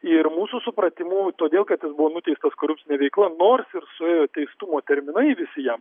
ir mūsų supratimu todėl kad jis buvo nuteistas korupcine veikla nors ir suėjo teistumo terminai visi jam